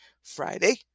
Friday